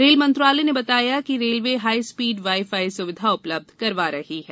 rail मंत्रालय ने बताया कि railway high speed wifi सुविधा उपलब्ध करवा रही है